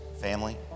family